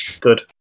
Good